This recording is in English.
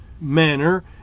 manner